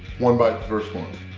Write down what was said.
one bite first one